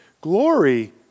Glory